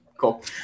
cool